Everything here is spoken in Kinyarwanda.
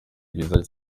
byiza